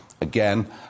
Again